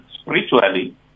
spiritually